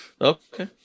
Okay